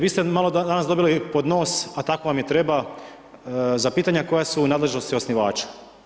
Vi ste danas malo dobili pod nos, a tako vam i treba, za pitanja koja su u nadležnosti osnivača.